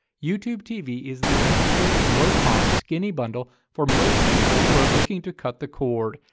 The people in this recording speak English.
youtube tv is the ideal, low-cost skinny bundle for most people who are looking to cut the cord.